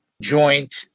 joint